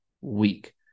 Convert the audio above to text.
week